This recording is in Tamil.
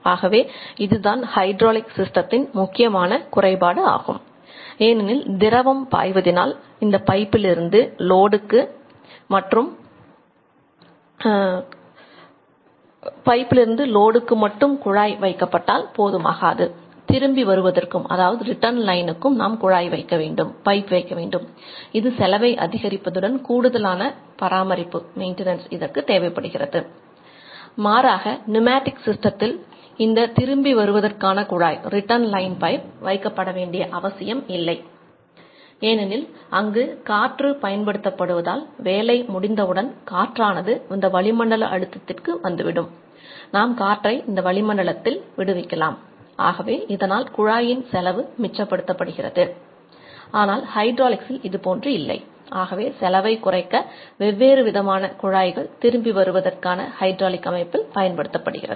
ஆகவே இதுதான் ஹைட்ராலிக் சிஸ்டத்தின் இதற்கு தேவைப்படுகிறது மாறாக நுமேட்டிக் சிஸ்டத்தில் இந்த திரும்பி வருவதற்கான குழாய் ஹைட்ராலிக் அமைப்பில் பயன்படுத்தப்படுகிறது